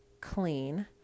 clean